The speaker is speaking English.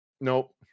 Nope